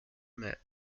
mais